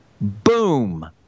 Boom